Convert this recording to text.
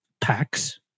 packs